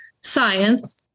science